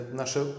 nasze